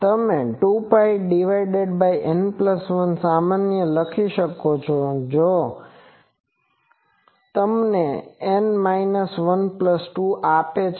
તમે 2ΠN1 સામાન્ય લઈ શકો છો જે તમને N 12 આપે છે